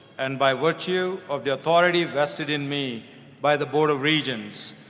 and by virtue of the authority vested in me by the board of regents,